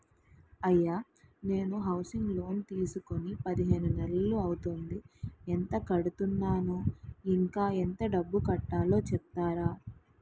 అయ్యా నేను housing loan తీసుకొని పదిహేను నెలలు అవుతోందిఎంత కడుతున్నాను, ఇంకా ఎంత డబ్బు కట్టలో చెప్తారా?